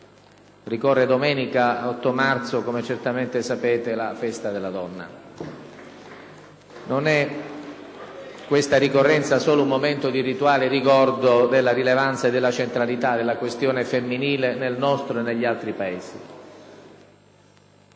Ricorre domenica prossima, 8 marzo, come certamente sapete, la festa della donna. Non è, questa ricorrenza, solo un momento di rituale ricordo della rilevanza e della centralità della questione femminile nel nostro e negli altri Paesi.